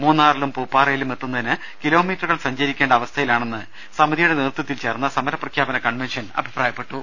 മൂന്നാറിലും പൂപ്പാറയിലും എത്തുന്നതിന് കിലോമീറ്ററു കൾ സഞ്ചരിക്കേണ്ട അവസ്ഥയിലാണെന്ന് സമിതിയുടെ നേതൃത്വത്തിൽ ചേർന്ന സമരപ്രഖ്യാപന കൺവെൻഷൻ അഭിപ്രായപ്പെട്ടു